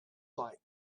like